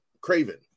Craven